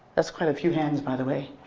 that's quite a few hands by the way,